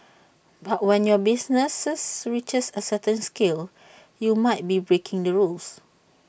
but when your business reaches A certain scale you might be breaking the rules